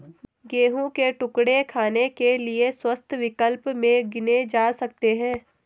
गेहूं के टुकड़े खाने के लिए स्वस्थ विकल्प में गिने जा सकते हैं